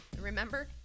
remember